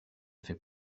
fait